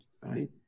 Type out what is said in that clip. Right